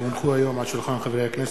כי הונחו היום על שולחן הכנסת,